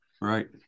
Right